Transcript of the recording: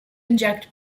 inject